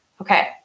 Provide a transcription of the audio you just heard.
Okay